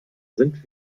sind